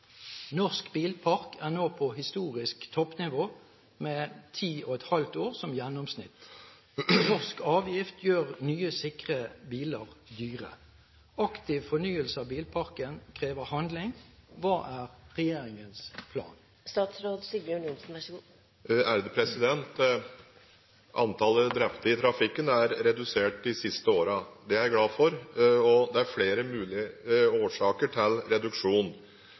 Norsk bilpark er nå på historisk toppnivå med 10,5 år som gjennomsnitt. Norske avgifter gjør nye, sikre biler dyre. Aktiv fornyelse av bilparken krever handling. Hva er regjeringens plan?» Antallet drepte i trafikken er redusert de siste årene. Det er jeg glad for. Det er flere mulige årsaker til